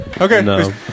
Okay